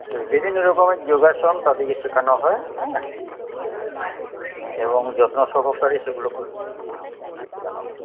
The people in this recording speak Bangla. সেই বিভিন্ন রকমের যোগাসন তাদেরকে শেখানো হয় হ্যাঁ হ্যাঁ এবং যত্ন সহকারেই সেগুলোকে হ্যাঁ শেখানো হয়